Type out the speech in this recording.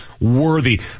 worthy